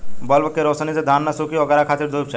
bulb के रौशनी से धान न सुखी ओकरा खातिर धूप चाही